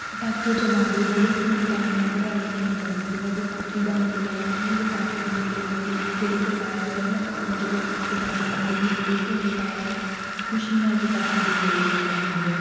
ਪਟਾਕੇ ਚਲਾਉਂਦੇ ਬੜੇ ਧੂਮ ਧਾਮ ਨਾਲ ਦਿਵਾਲੀ ਮਨਾਈ ਜਾਂਦੀ ਜਿਹੜਾ ਵਿਸਾਖੀ ਦਾ ਮੇਲਾ ਏ ਵਿਸਾਖੀ ਦੇ ਮੇਲੇ ਨੂੰ ਵੀ ਜਿਹੜੇ ਕਿਸਾਨ ਇਹਨਾਂ ਦੀਆਂ ਫਸਲਾਂ ਜਦੋਂ ਪੱਕ ਜਾਂਦੀਆਂ ਇਹ ਵੀ ਬੜੇ ਧੂਮ ਧਾਮ ਨਾਲ ਖੁਸ਼ੀ ਨਾਲ ਵਿਸਾਖੀ ਦੇ ਮੇਲੇ ਨੂੰ ਮਨਾਉਂਦੇ ਆ